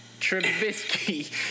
Trubisky